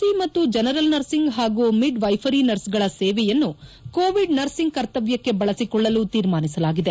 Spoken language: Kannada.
ಸಿ ಮತ್ತು ಜನರಲ್ ನರ್ಸಿಂಗ್ ಹಾಗೂ ಮಿಡ್ ವೈಫರಿ ನರ್ಸ್ಗಳ ಸೇವೆಯನ್ನು ಕೋವಿಡ್ ನರ್ಸಿಂಗ್ ಕರ್ತವ್ಯಕ್ಕೆ ಬಳಸಿಕೊಳ್ಳಲು ತೀರ್ಮಾನಿಸಲಾಗಿದೆ